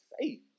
safe